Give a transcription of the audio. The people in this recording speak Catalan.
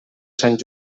sant